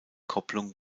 kopplung